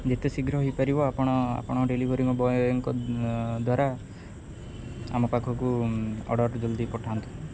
ଯେତେ ଶୀଘ୍ର ହେଇପାରିବ ଆପଣ ଆପଣଙ୍କ ଡେଲିଭରି ବଏଙ୍କ ଦ୍ୱାରା ଆମ ପାଖକୁ ଅର୍ଡ଼ରଟି ଜଲ୍ଦି ପଠାନ୍ତୁ